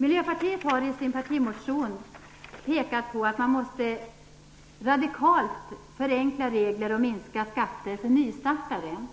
Miljöpartiet har i sin partimotion pekat på att man radikalt måste förenkla regler och minska skatter för nystartade företag.